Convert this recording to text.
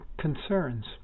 concerns